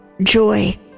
Joy